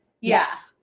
Yes